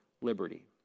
liberty